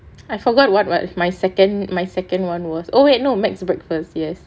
I forgot what what my second my second one was oh wait no McDonald's breakfast yes